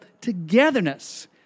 togetherness